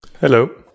Hello